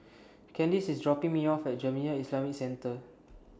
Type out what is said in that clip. Candice IS dropping Me off At Jamiyah Islamic Centre